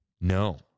No